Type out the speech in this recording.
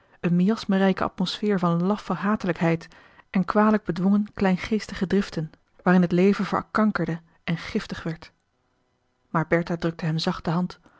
een miasmenrijke atmosfeer van laffe hatelijkheid en kwalijk bedwongen kleingeestige driften waarin het leven verkankerde en giftig werd maar bertha drukte hem zacht de hand